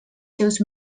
seus